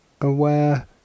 aware